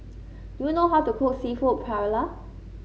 do you know how to cook seafood Paella